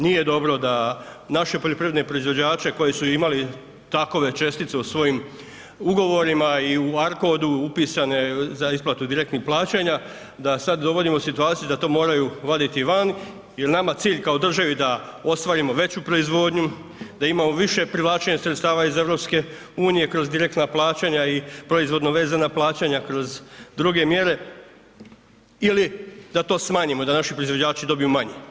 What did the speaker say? Nije dobro da naše poljoprivredne proizvođače koji su imali takve čestice u svojim ugovorima i u ARCOD-u upisane za isplatu direktnih plaćanja, da sad dovodimo u situaciju da to moraju vaditi van, jel je nama cilj kao državi da ostvarimo veću proizvodnju, da imamo više privlačenja sredstva iz EU-a kroz direktna plaćanja i proizvodno vezana plaćanja kroz druge mjere ili da to smanjimo, da naši proizvođači dobiju manje?